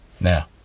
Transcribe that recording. Now